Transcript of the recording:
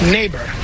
Neighbor